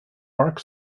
marc